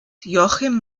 joachim